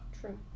True